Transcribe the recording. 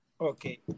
okay